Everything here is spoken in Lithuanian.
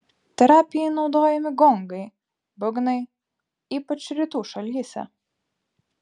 terapijai naudojami gongai būgnai ypač rytų šalyse